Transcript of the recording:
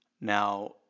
Now